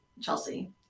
Chelsea